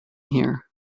here